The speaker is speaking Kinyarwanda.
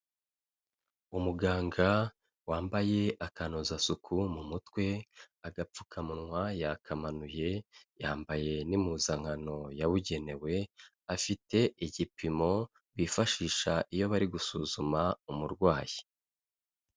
Umuganga wambaye akanozasuku mu mutwe, agapfukamunwa yakamanuye, yambaye n'impuzankano yabugenewe, afite igipimo bifashisha iyo bari gusuzuma umurwayi.